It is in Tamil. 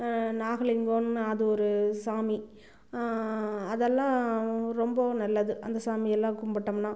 நாகலிங்கன்னு அது ஒரு சாமி அதெல்லாம் ரொம்பவும் நல்லது அந்த சாமியெல்லாம் கும்பிட்டோம்ன்னா